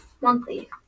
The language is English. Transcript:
monthly